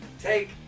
Take